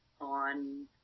on